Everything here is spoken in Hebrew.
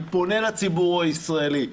אני פונה לציבור הישראלי,